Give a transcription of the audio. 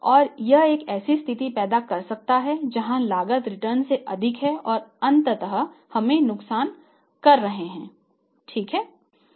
और यह एक ऐसी स्थिति पैदा कर सकता है जहां लागत रिटर्न से अधिक है और अंततः हम नुकसान कर रहे हैं ठीक है